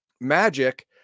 magic